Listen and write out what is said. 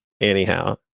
anyhow